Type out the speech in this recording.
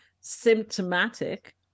symptomatic